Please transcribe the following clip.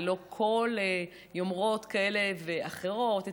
ללא כל יומרות כאלה ואחרות,